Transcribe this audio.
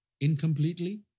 incompletely